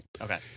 Okay